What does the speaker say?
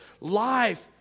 life